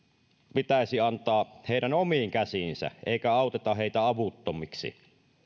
pitäisi antaa heidän omiin käsiinsä eikä auttaa heitä avuttomiksi